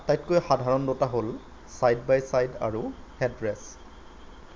আটাইতকৈ সাধাৰণ দুটা হ'ল ছাইড বাই ছাইড আৰু হে'ড ৰেচ